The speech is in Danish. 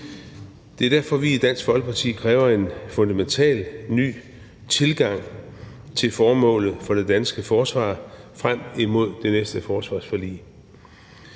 Det er derfor, vi i Dansk Folkeparti kræver en fundamentalt ny tilgang til formålet for det danske forsvar frem imod det næste forsvarsforlig.